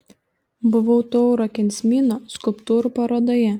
buvau tauro kensmino skulptūrų parodoje